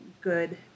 good